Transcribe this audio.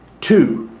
two,